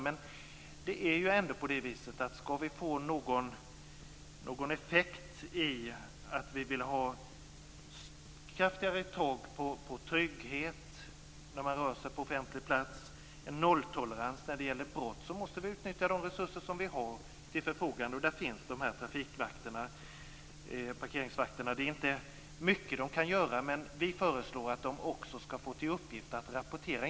Men om vi vill ha kraftigare tag när det gäller trygghet när man rör sig på en offentlig plats och en nolltolerans när det gäller brott måste vi utnyttja de resurser som vi har till förfogande. Och då finns dessa trafikvakter, parkeringsvakter. De kan inte göra så mycket, men vi föreslår att de också skall få till uppgift att rapportera.